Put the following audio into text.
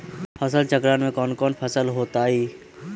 फसल चक्रण में कौन कौन फसल हो ताई?